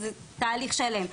זה תהליך שלם.